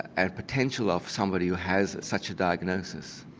and potential of somebody who has such a diagnosis.